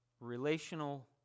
relational